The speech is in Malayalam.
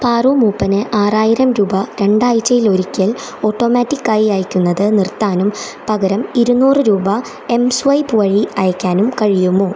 പാറു മൂപ്പന് ആറായിരം രൂപ രണ്ടാഴ്ചയിൽ ഒരിക്കല് ഓട്ടോമാറ്റിക്ക് ആയി അയയ്ക്കുന്നത് നിർത്താനും പകരം ഇരുനൂറ് രൂപ എം സ്വൈപ്പ് വഴി അയയ്ക്കാനും കഴിയുമോ